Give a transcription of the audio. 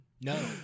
No